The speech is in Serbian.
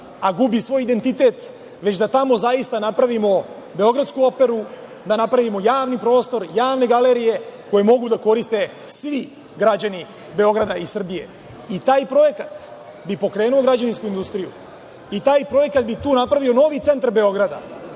a gubi svoj identitet već da tamo zaista napravimo beogradsku operu, da napravimo javni prostor, javne galerije koje mogu da koriste svi građani Beograda i Srbije. Taj projekat bi pokrenuo građevinsku industriju i taj projekat bi tu napravio novi centar Beograda,